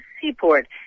seaport